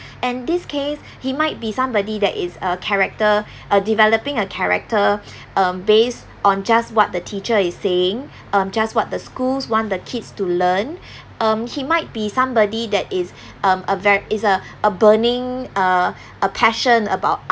and this case he might be somebody that is uh character uh developing a character um based on just what the teacher is saying um just what the schools want the kids to learn um he might be somebody that is um a ve~ is a a burning uh a passion about